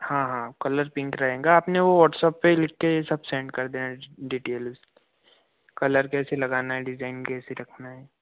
हाँ हाँ colour pink रहेगा आप ना वाट्सप पर लिख के सब सेंड कर देना डिटेल कलर कैसे लगाना है डिज़ाइन कैसे रखना है